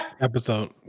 episode